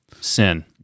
sin